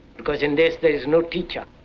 because in this there is no teacher,